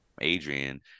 Adrian